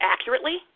accurately